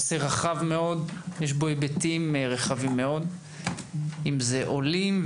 מדובר בנושא רחב מאוד ועם היבטים רחבים מאוד לגבי עולים,